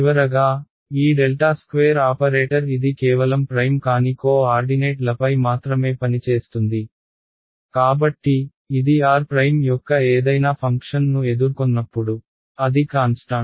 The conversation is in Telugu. చివరగా ఈ ∇² ఆపరేటర్ ఇది కేవలం ప్రైమ్ కాని కో ఆర్డినేట్లపై మాత్రమే పనిచేస్తుంది కాబట్టి ఇది r యొక్క ఏదైనా ఫంక్షన్ను ఎదుర్కొన్నప్పుడు అది కాన్స్టాంట్